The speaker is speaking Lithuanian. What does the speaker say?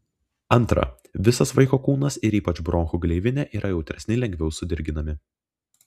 antra visas vaiko kūnas ir ypač bronchų gleivinė yra jautresni lengviau sudirginami